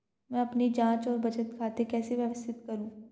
मैं अपनी जांच और बचत खाते कैसे व्यवस्थित करूँ?